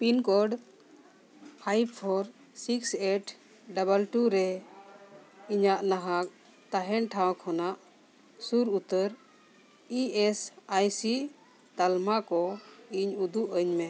pin code five four six eight double two ᱨᱮ ᱤᱧᱟᱹᱜ ᱱᱟᱦᱟᱜ ᱛᱟᱦᱮᱱ ᱴᱷᱟᱶ ᱠᱷᱚᱱᱟᱜ ᱥᱩᱨ ᱩᱛᱟᱹᱨ ᱤ ᱮᱥ ᱟᱭ ᱥᱤ ᱛᱟᱞᱢᱟ ᱠᱚ ᱤᱧ ᱩᱫᱩᱜ ᱟᱹᱧᱢᱮ